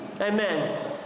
Amen